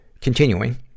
continuing